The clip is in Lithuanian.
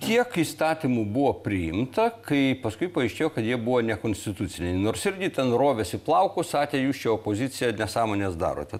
kiek įstatymų buvo priimta kai paskui paaiškėjo kad jie buvo nekonstituciniai nors irgi ten rovėsi plaukus sakė jūs čia opozicija nesąmones darote